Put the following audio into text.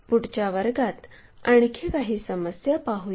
पुढच्या वर्गात आणखी समस्या पाहूया